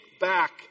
back